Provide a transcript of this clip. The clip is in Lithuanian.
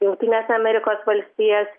jungtines amerikos valstijas